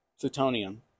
plutonium